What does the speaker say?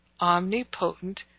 omnipotent